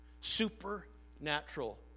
Supernatural